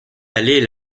aller